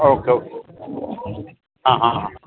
okay okay હાં હાં હાં